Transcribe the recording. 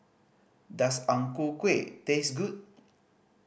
does Ang Ku Kueh taste good